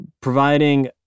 providing